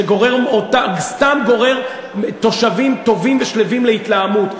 שסתם גורר תושבים טובים ושלווים להתלהמות,